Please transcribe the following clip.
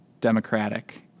democratic